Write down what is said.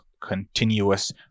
continuous